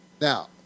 Now